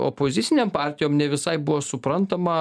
opozicinėm partijom ne visai buvo suprantama